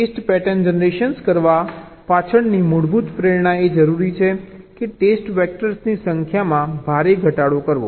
test pattern generation કરવા પાછળની મૂળભૂત પ્રેરણા એ જરૂરી છે કે ટેસ્ટ વેક્ટર્સની સંખ્યામાં ભારે ઘટાડો કરવો